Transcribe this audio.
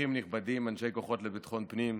אורחים נכבדים, אנשי כוחות ביטחון הפנים,